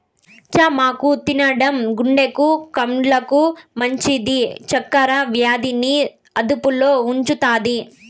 చామాకు తినడం గుండెకు, కండ్లకు మంచిది, చక్కర వ్యాధి ని అదుపులో ఉంచుతాది